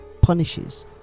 punishes